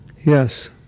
Yes